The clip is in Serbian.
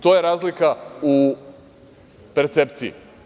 To je razlika u percepciji.